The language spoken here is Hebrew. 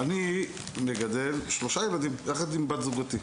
אני מגדל 3 ילדים יחד עם בת זוג אותי.